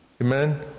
Amen